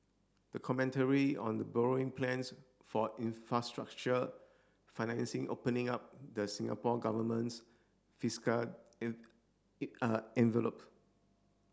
a commentary on the borrowing plans for infrastructure financing opening up the Singapore Government's fiscal envelope